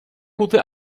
gute